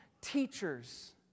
teachers